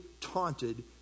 taunted